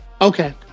okay